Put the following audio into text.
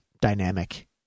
dynamic